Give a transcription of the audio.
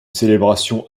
célébration